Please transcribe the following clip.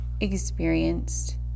experienced